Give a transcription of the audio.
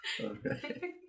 Okay